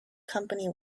company